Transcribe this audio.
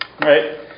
right